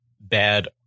bad